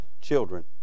children